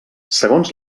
segons